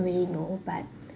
really know but